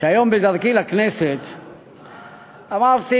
שהיום בדרכי לכנסת אמרתי: